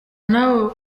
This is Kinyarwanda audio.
n’abo